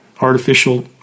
artificial